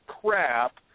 crap